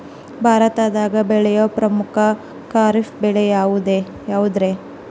ಭಾರತದಾಗ ಬೆಳೆಯೋ ಪ್ರಮುಖ ಖಾರಿಫ್ ಬೆಳೆ ಯಾವುದ್ರೇ?